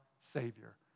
Savior